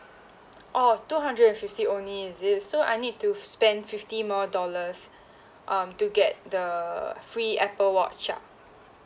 oh two hundred and fifty only is it so I need to spend fifty more dollars um to get the free Apple watch ah